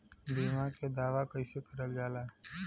बीमा के दावा कैसे करल जाला?